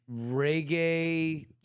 Reggae